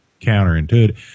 counterintuitive